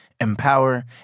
empower